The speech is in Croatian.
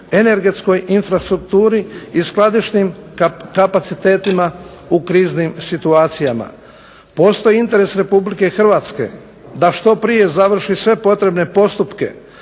energetskoj infrastrukturi i skladišnim kapacitetima u kriznim situacijama. Postoji interes Republike Hrvatske da što prije završi sve potrebne postupke